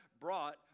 brought